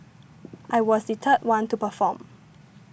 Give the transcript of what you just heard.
I was the third one to perform